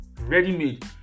ready-made